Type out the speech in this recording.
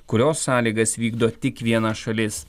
kurios sąlygas vykdo tik viena šalis